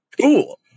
cool